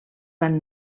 van